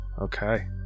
okay